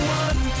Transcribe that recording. one